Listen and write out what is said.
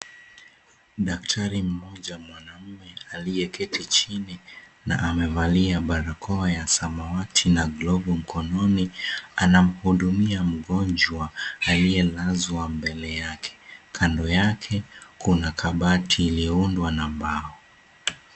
Daktari mmoja mwanaume aliyeketi chini na amevalia barakoa ya samawati na glovu mkononi, anamhudumia mgonjwa aliyelazwa mbele yake. Kando yake kuna kabati iliyoundwa na mbao.